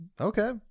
okay